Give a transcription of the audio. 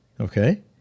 Okay